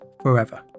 forever